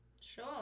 sure